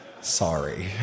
Sorry